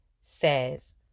says